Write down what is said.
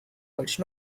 which